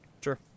Sure